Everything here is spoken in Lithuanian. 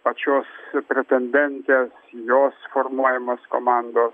pačios pretendentės jos formuojamos komandos